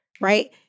right